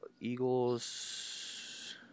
Eagles